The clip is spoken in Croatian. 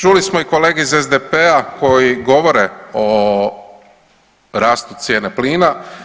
Čuli smo i kolege iz SDP-a koji govore o rastu cijene plina.